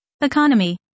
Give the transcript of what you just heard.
Economy